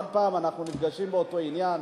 עוד פעם אנחנו נפגשים באותו עניין,